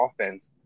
offense